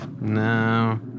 No